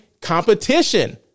competition